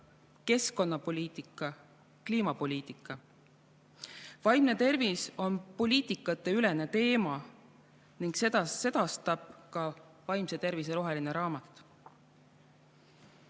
keskkonnapoliitika, kliimapoliitika. Vaimne tervis on poliitikateülene teema ning seda sedastab ka vaimse tervise roheline